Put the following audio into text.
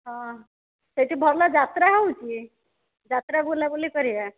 ହଁ ସେଇଠି ଭଲ ଯାତ୍ରା ହେଉଛି ଯାତ୍ରା ବୁଲାବୁଲି କରିବା